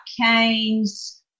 canes